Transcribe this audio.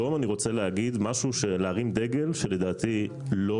אני רוצה היום להרים דגל שלדעתי לא